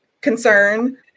concern